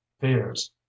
fears